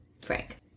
Frank